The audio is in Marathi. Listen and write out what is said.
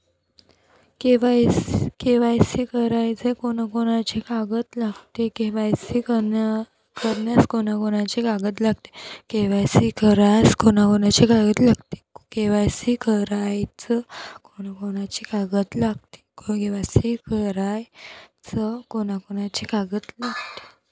के.वाय.सी कराच कोनचे कोनचे कागद लागते?